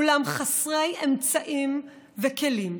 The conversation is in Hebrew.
אולם חסרי אמצעים וכלים.